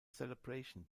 celebration